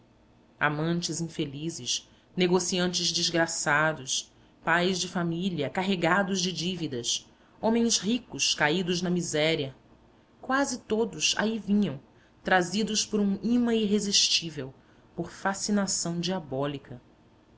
amantes infelizes negociantes desgraçados pais de família carregados de dívidas homens ricos caídos na miséria quase todos aí vinham trazidos por um ímã irresistível por fascinação diabólica